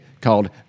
called